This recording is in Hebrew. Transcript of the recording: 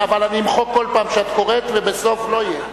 אבל אני אמחק כל פעם שאת קוראת ובסוף לא יהיה.